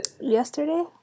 Yesterday